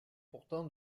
pourtant